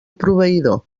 proveïdor